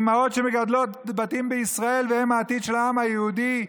אימהות שמגדלות בתים בישראל והם העתיד של העם היהודי,